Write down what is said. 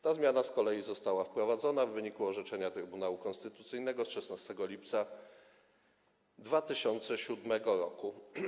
Ta zmiana z kolei została wprowadzona w wyniku orzeczenia Trybunału Konstytucyjnego z 16 lipca 2007 r.